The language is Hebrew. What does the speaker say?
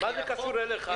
מה זה קשור אליך?